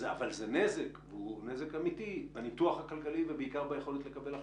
אבל זה נזק והוא נזק אמיתי לניתוח הכלכלי ובעיקר ביכולת לקבל החלטות.